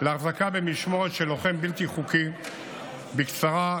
להחזקה במשמורת של לוחם בלתי חוקי, לב"ח,